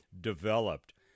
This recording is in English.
developed